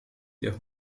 der